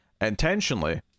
intentionally